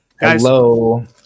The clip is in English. Hello